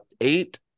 Eight